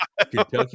Kentucky